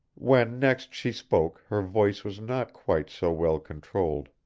when next she spoke her voice was not quite so well controlled.